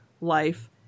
life